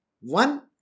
One